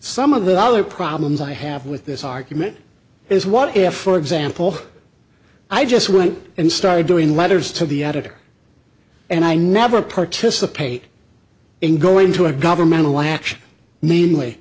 some of the other problems i have with this argument is what if for example i just went and started doing letters to the editor and i never participate in going to a governmental